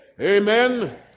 Amen